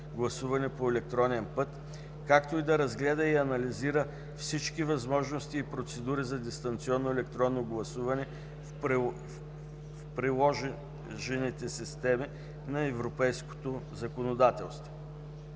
гласуване по електронен път, както и да разгледа и анализира всички възможности и процедури за дистанционно електронно гласуване в приложните системи на европейското законодателство.